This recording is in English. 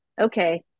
okay